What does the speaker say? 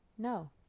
no